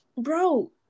Bro